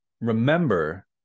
remember